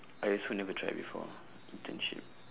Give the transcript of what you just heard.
I also never try before internship